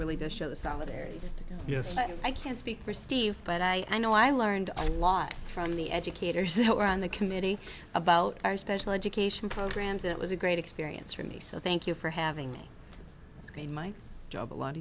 yes i can't speak for steve but i know i learned a lot from the educators that were on the committee about our special education programs it was a great experience for me so thank you for having me i mean my job a lot